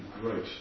great